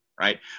Right